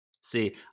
See